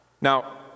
Now